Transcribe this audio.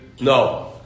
No